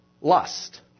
lust